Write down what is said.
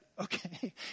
Okay